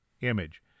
image